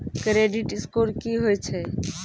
Credit score की होय छै?